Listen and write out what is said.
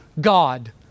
God